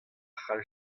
cʼhall